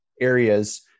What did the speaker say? areas